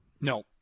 No